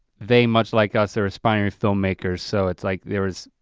they much like us are aspiring film makers, so it's like there was.